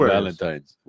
Valentine's